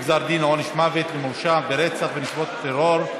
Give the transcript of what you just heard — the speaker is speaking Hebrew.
גזר דין עונש מוות למורשע ברצח בנסיבות טרור),